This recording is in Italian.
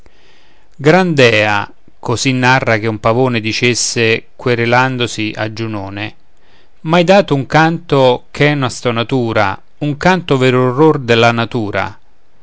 dea così si narra che un pavone dicesse querelandosi a giunone m'hai dato un canto ch'è una stonatura un canto vero orror della natura